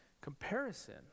Comparison